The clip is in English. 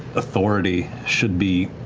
authority should be